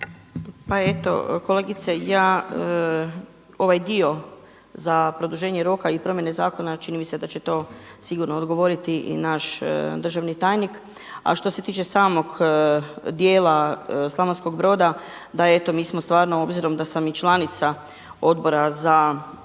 Pa eto kolegice ja ovaj dio za produženje roka i promjene zakona čini mi se da će to sigurno odgovoriti i naš državni tajnik, a što se tiče samog dijela Slavonskog Broda, da eto mi smo stvarno obzirom da sam i članica Odbora za